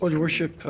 your worship.